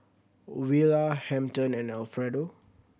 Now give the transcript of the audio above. Willa Hampton and Alfredo